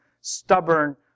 stubborn